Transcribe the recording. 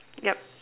yep